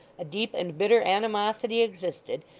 a deep and bitter animosity existed,